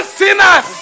sinners